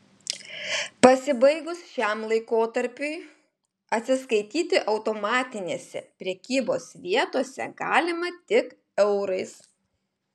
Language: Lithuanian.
pasibaigus šiam laikotarpiui atsiskaityti automatinėse prekybos vietose galima tik eurais